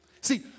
See